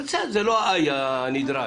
בסדר, זה לא ה"איי" הנדרש.